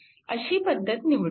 अशी पद्धत निवडावी